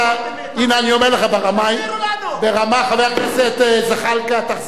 הנה, אני אומר לך ברמה, ברמה, תחזירו לנו.